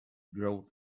growth